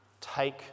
take